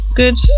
good